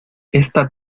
esta